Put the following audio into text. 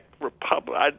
republic